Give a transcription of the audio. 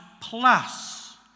plus